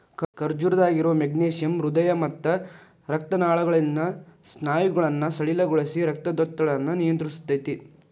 ಖರ್ಜೂರದಾಗಿರೋ magnesium ಹೃದಯ ಮತ್ತ ರಕ್ತನಾಳಗಳಲ್ಲಿನ ಸ್ನಾಯುಗಳನ್ನ ಸಡಿಲಗೊಳಿಸಿ, ರಕ್ತದೊತ್ತಡನ ನಿಯಂತ್ರಸ್ತೆತಿ